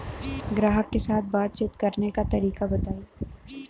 ग्राहक के साथ बातचीत करने का तरीका बताई?